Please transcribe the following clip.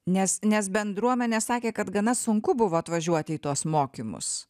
nes nes bendruomenė sakė kad gana sunku buvo atvažiuoti į tuos mokymus